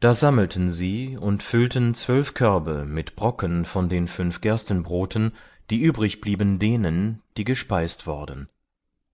da sammelten sie und füllten zwölf körbe mit brocken von den fünf gerstenbroten die übrig blieben denen die gespeist worden